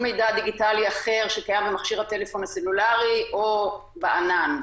מידע דיגיטלי אחר שקיים במכשיר הסלולארי או בענן.